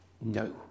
No